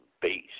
base